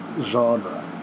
genre